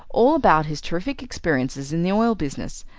all about his terrific experiences in the oil business,